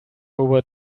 over